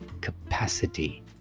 capacity